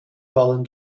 fallen